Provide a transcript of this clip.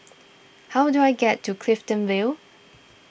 how do I get to Clifton Vale